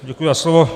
Děkuji za slovo.